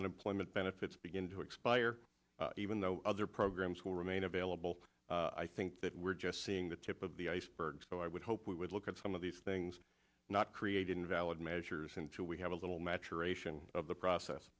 unemployment benefits begin to expire even though other programs will remain available i think that we're just seeing the tip of the iceberg so i would hope we would look at some of these things not create invalid measures into we have a little maturation of the process